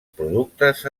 productes